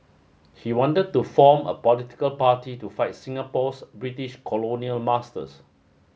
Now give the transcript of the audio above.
he wanted to form a political party to fight Singapore's British colonial masters